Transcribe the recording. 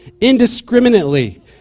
indiscriminately